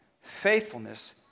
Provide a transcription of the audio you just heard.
faithfulness